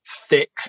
thick